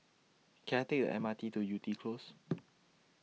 Can I Take The M R T to Yew Tee Close